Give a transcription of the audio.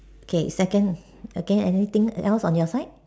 okay second okay anything else on your side